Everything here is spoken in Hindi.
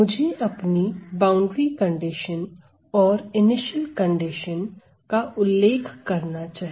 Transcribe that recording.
मुझे अपनी बाउंड्री कंडीशन और इनिशियल कंडीशन का उल्लेख करना चाहिए